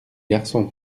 garçon